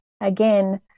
Again